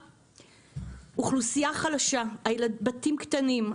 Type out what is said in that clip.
אוכלוסייה חלשה, בתים קטנים.